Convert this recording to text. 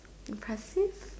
impressive